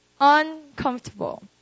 uncomfortable